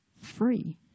free